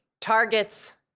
targets